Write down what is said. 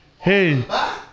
Hey